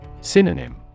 Synonym